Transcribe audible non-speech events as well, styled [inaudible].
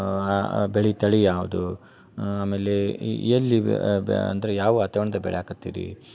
ಆ ಆ ಬೆಳೆ ತಳಿ ಯಾವುದು ಆಮೇಲೆ ಎಲ್ಲಿ [unintelligible] ಅಂದ್ರ ಯಾವ ವಾತಾವರ್ಣ್ದಾಗ ಬೆಳಿಯಕತ್ತಿರಿ